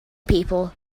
people